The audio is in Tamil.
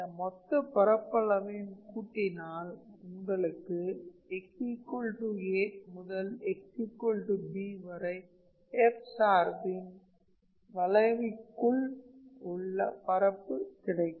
இந்த மொத்த பரப்பளவையும் கூட்டினால் உங்களுக்கு xa முதல் xb வரை f சார்பின் வளைவுக்குள் உள்ள பரப்பு கிடைக்கும்